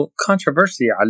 controversy